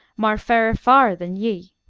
mair fairer far than ye.